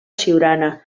siurana